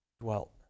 dwelt